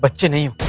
but genie